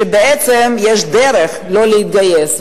שבעצם יש דרך לא להתגייס,